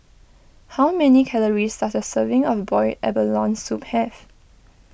how many calories does a serving of Boiled Abalone Soup have